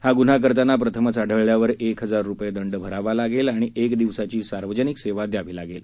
हा गुन्हा करताना प्रथमच आढळल्यावर एक हजार रुपये दंड भरावा लागेल आणि एक दिवसाची सार्वजनिक सेवा द्यावी लागेल